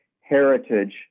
heritage